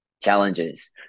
challenges